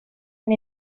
one